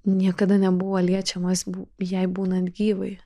niekada nebuvo liečiamas bū jai būnant gyvai